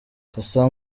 cassa